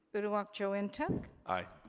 uduak joe and ntuk? aye.